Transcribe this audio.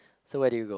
so where do you go